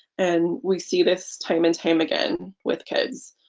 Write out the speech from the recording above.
and we see this time and time again with kids.